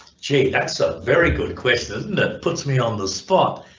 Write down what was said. gee that's a very good question that puts me on the spot